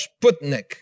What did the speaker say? Sputnik